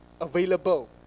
available